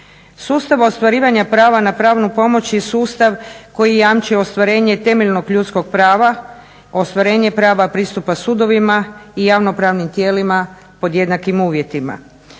Sustav ostvarivanja prava na pravnu pomoć je sustav koji jamči ostvarenje temeljnog ljudskog prava, ostvarenje prava pristupa sudovima i javnopravnim tijelima pod jednakim uvjetima.